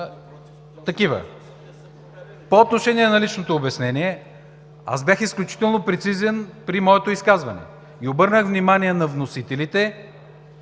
такива. По отношение на личното обяснение. Аз бях изключително прецизен при моето изказване. Обърнах внимание на вносителите